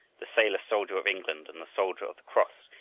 the sailor-soldier of england and the soldier of the cross,